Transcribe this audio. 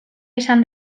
izan